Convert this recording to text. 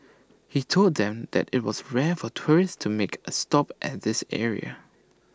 he told them that IT was rare for tourists to make A stop at this area